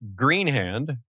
Greenhand